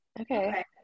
Okay